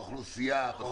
האוכלוסייה.